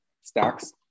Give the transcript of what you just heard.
Stacks